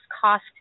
cost